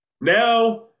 Now